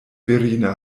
virina